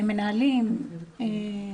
מנהלים,